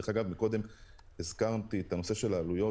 דרך אגב, קודם הזכרתי את הנושא של העלויות